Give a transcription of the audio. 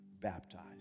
baptized